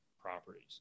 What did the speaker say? properties